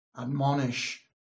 admonish